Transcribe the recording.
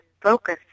focus